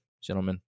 gentlemen